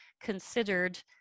considered